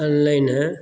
अनलनि हँ